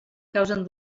causen